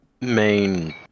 main